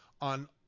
on